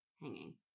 hanging